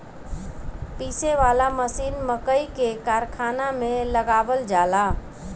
पीसे वाला मशीन मकई के कारखाना में लगावल जाला